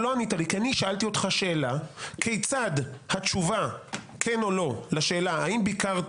כי אני שאלתי אותך שאלה כיצד התשובה כן או לא לשאלה האם ביקרת